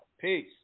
Peace